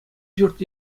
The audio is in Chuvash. ҫурт